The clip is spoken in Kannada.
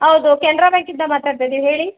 ಹೌದು ಕೆನ್ರಾ ಬ್ಯಾಂಕಿಂದ ಮಾತಾಡ್ತಾಯಿದ್ದೀವಿ ಹೇಳಿ